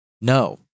No